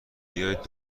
بیایید